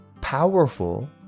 powerful